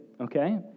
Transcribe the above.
okay